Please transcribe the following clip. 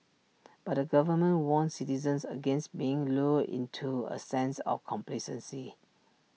but the government warned citizens against being lulled into A sense of complacency